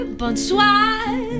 bonsoir